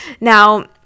Now